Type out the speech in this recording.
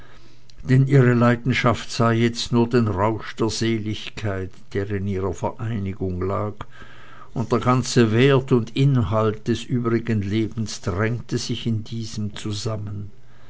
denn ihre leidenschaft sah jetzt nur den rausch der seligkeit der in ihrer vereinigung lag und der ganze wert und inhalt des übrigen lebens drängte sich in diesem zusammen